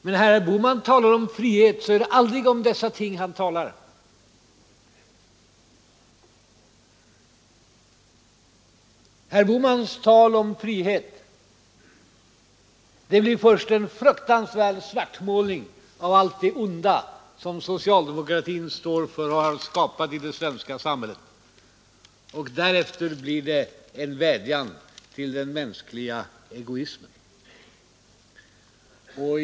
Men när herr Bohman talar om frihet är det aldrig om dessa ting han talar. Herr Bohmans tal om frihet blir först en fruktansvärd svartmålning av allt det som socialdemokratin står för och har skapat i det svenska samhället, och därefter blir det en vädjan till den mänskliga egoismen.